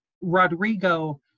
Rodrigo